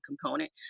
component